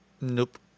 Nope